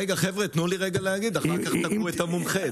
ראש הממשלה, את הכרזת המלחמה על עזה.